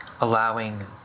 allowing